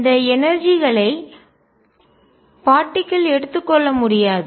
இந்த எனர்ஜிஆற்றல் களை பார்ட்டிக்கல் துகள் எடுத்துக்கொள்ள முடியாது